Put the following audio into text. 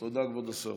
תודה, כבוד השר.